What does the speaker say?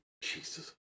Jesus